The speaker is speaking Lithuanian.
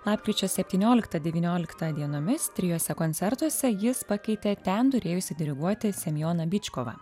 lapkričio septynioliktą devynioliktą dienomis trijuose koncertuose jis pakeitė ten turėjusį diriguoti semioną byčkovą